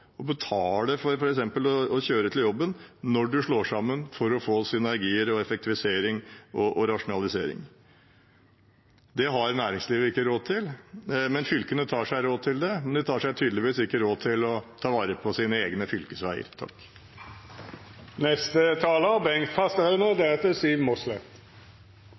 betale dem for å kjøre til jobben, når man slår seg sammen for å få synergier, effektivisering og rasjonalisering. Det har ikke næringslivet råd til. Fylkene tar seg råd til det, men de tar seg tydeligvis ikke råd til å ta vare på sine egne fylkesveier. Når regjeringen og flertallet, kanskje spesielt representanten Johnsen, snakker om «vi» og